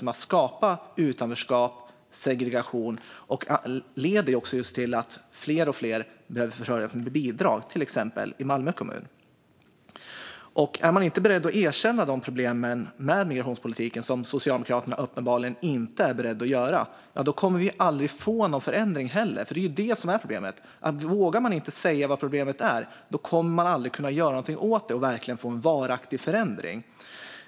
Den har skapat utanförskap och segregation, och den leder till att fler och fler behöver försörja sig med hjälp av bidrag - i till exempel Malmö kommun. Är man inte beredd att erkänna problemen med migrationspolitiken, som Socialdemokraterna uppenbarligen inte är beredda att göra, kommer vi aldrig att få någon förändring. Vågar man inte säga vad problemet är kommer man aldrig att kunna göra något åt det och få en varaktig förändring.